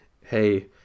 Hey